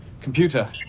Computer